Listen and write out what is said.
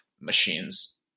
machines